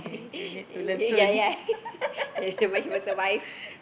okay you need to learn soon